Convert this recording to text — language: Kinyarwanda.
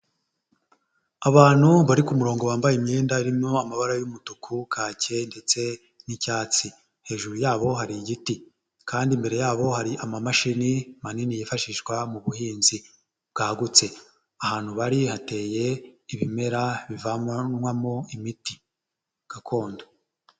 Abantu bari ku murongo wambaye imyenda irimo amabara y'umutuku, kake ndetse n'icyatsi, Hejuru yabo hari igiti kandi imbere yabo hari amamashini manini yifashishwa mu buhinzi bwagutse, ahantu bari hateye ibimera bivanwamo imiti gakondo.